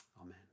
Amen